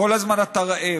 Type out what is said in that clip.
כל הזמן אתה רעב,